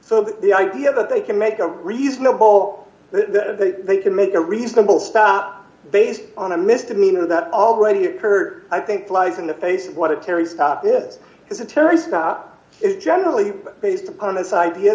so that the idea that they can make a reasonable that they can make a reasonable stop based on a misdemeanor that already occurred i think flies in the face of what a terry stop this is a terrorist is generally based upon this idea